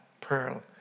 pearl